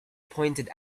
pointed